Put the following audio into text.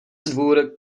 dvůr